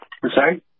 Sorry